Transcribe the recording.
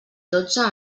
dotze